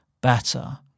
better